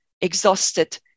exhausted